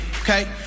okay